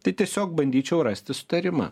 tai tiesiog bandyčiau rasti sutarimą